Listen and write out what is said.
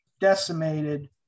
decimated